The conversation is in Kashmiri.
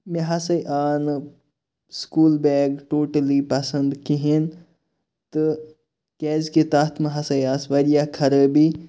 مےٚ ہَسا آو نہٕ سکوٗل بیگ ٹوٹَلی پَسَنٛد کِہیٖنۍ تہٕ کیازِ کہِ تتھ نہ ہَسا آسہٕ واریاہ خَرٲبی